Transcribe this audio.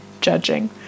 judging